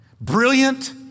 brilliant